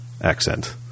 accent